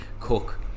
cook